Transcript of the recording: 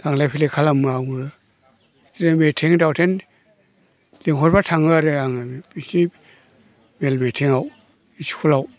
थांलाय फैलाय खालामो आङो जों मिटिं दावथिं लिंहरब्ला थाङो आरो आङो बिसोरनि मेल मिटिङाव स्कुलाव